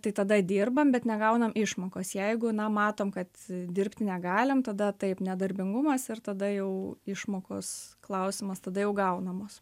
tai tada dirbam bet negaunam išmokos jeigu na matom kad dirbti negalim tada taip nedarbingumas ir tada jau išmokos klausimas tada jau gaunamos